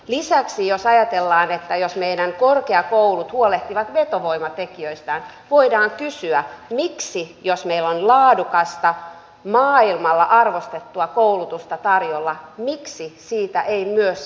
lisäksi jos ajatellaan että meidän korkeakoulumme huolehtivat vetovoimatekijöistään voidaan kysyä miksi jos meillä on laadukasta maailmalla arvostettua koulutusta tarjolla siitä ei myös